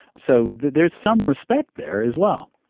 so there's some respect there, as well.